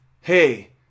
hey